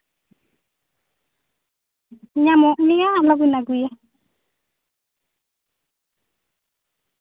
ᱧᱟᱢᱚᱜ ᱜᱮᱭᱟ ᱟᱞᱚᱵᱮᱱ ᱟᱹᱜᱩᱭᱟ